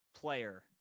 player